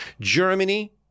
Germany